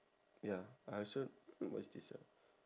ya I also mm what is this ah